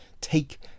Take